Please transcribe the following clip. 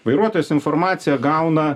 vairuotojas informaciją gauna